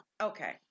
okay